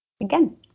Again